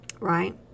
right